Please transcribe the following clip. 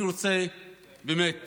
אני רוצה באמת